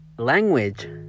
language